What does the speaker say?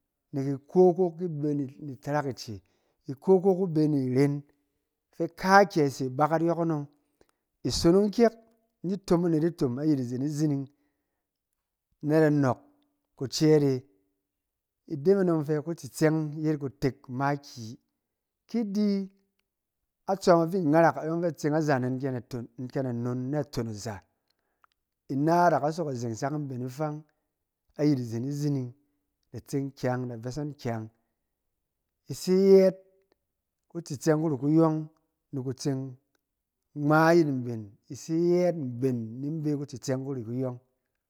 Nek iko ko ku be ni itarak ice, iko ko ku beni iren fɛ ka kyɛ se bakat yɔkɔng isonong kyɛk ni tom anet itom ayit izen izining nada nɔɔk ku cɛɛt e. ide me dɔng ifɛ kutsitɛng yet kutek makiyi. Ki di atsɔm afi ngarak a yɔng fɛ atseng azanen ken a non ken a non naton aza, ina da ka sok azeng sak ni mben ifang ayit izen izining, ida tseng kyaang ida bessɔng kyaang. Ise yɛɛt kutstsɛng kuti kuyɔn niki tseng mgma ayit mben. Ise yet mben ni mbɛ kutsitsɛng kuri kuyɔng.